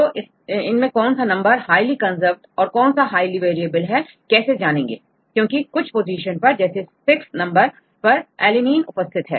तो इसमें कौन सा नंबर हाईली कंजर्व्ड और कौन सा हाईली वेरिएबल है कैसे जानेंगे क्योंकि कुछ पोजीशन पर जैसे 6 नंबर परअलनीन उपस्थित है